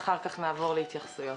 ואחר כך נעבור להתייחסויות.